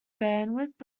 bandwidth